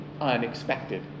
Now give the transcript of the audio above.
unexpected